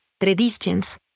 traditions